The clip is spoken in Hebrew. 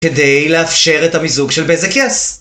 כדי לאפשר את המיזוג של בזק יס.